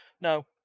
No